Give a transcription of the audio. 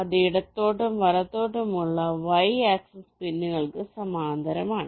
ഇത് ഇടത്തോട്ടും വലത്തോട്ടും ഉള്ള y ആക്സിസ് പിന്നുകൾക്ക് സമാന്തരമാണ്